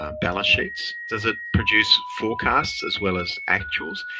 ah balance sheets? does it produce forecasts as well as actuals?